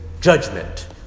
judgment